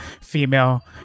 female